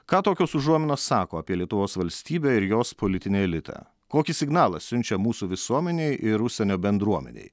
ką tokios užuominos sako apie lietuvos valstybę ir jos politinį elitą kokį signalą siunčia mūsų visuomenei ir užsienio bendruomenei